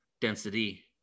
density